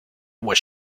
was